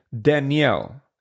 Danielle